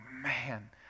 man